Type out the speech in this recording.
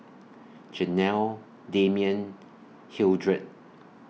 Janell Damion Hildred